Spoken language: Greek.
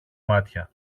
μάτια